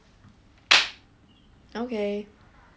okay